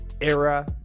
era